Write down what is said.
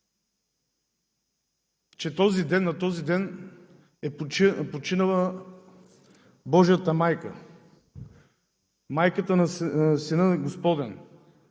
знаете, че на този ден е починала Божията майка – майката на Сина Господен,